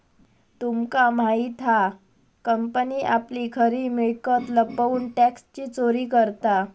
तुमका माहित हा कंपनी आपली खरी मिळकत लपवून टॅक्सची चोरी करता